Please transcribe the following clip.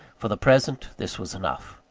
for the present, this was enough.